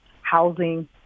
housing